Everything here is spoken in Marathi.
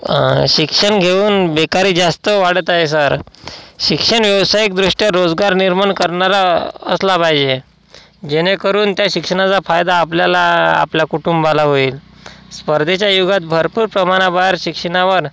शिक्षण घेऊन बेकारी जास्त वाढत आहे सर शिक्षण व्यवसायिकदृष्ट्या रोजगार निर्माण करणारा असला पाहिजे जेणेकरून त्या शिक्षणाचा फायदा आपल्याला आपल्या कुटुंबाला होईल स्पर्धेच्या युगात भरपूर प्रमाणाबाहेर शिक्षणावर